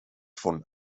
von